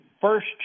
first